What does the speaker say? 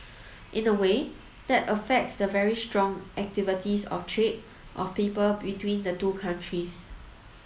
in a way that affects the very strong activities of trade of people between the two countries